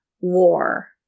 war